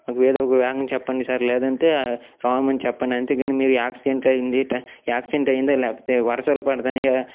ఏదొక వేగంగా చెప్పండి సార్ లేదంటే రాము అని చెప్పండి అంతేకానీ మీరు యాక్సిడెంటైంది యాక్సిడెంటైంది లేకపోతే వర్షాలు పుద్తున్నాయి కదా